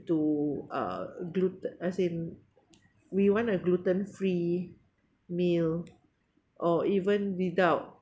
to uh gluten as in we want a gluten free meal or even without